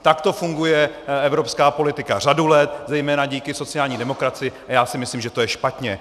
Takto funguje evropská politika řadu let, zejména díky sociální demokracii, a já si myslím, že to je špatně.